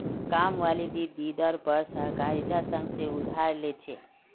कामवाली दीदी दर पर सहकारिता संघ से उधार ले छे